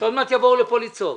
שעוד מעט יבואו לפה לצעוק.